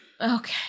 Okay